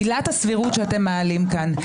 עילת הסבירות שאתם מעלים כאן,